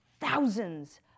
thousands